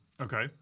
Okay